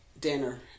dinner